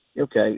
okay